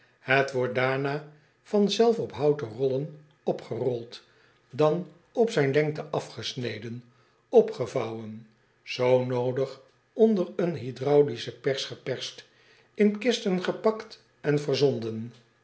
et wordt daarna van zelf op houten rollen opgerold dan op zijn lengte afgesneden opgevouwen zoo noodig onder een hydraulische pers geperst in kisten gepakt en verzonden